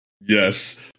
Yes